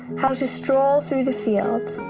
how to stroll through the fields,